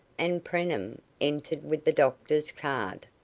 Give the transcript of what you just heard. and preenham entered with the doctor's card.